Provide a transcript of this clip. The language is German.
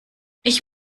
ich